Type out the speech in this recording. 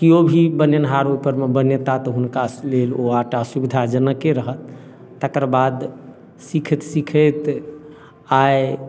केओ भी बनेनहार ओहि परमे बनेताह तऽ हुनका लेल ओ आँटा सुविधा जनके रहत तकर बाद सिखैत सिखैत आइ